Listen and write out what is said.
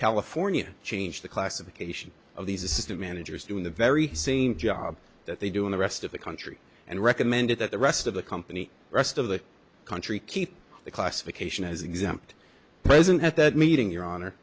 california change the classification of these assistant managers doing the very same job that they do in the rest of the country and recommended that the rest of the company rest of the country keep the classification as exempt present at that meeting your honor